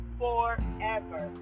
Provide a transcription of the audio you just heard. forever